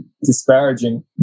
disparaging